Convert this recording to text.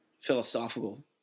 Philosophical